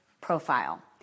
profile